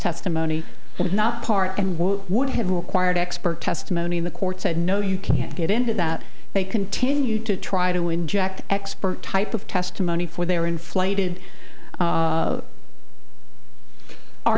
testimony was not part and what would have required expert testimony in the court said no you can't get into that they continued to try to inject expert type of testimony for their inflated